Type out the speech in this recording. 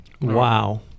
Wow